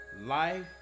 Life